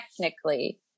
technically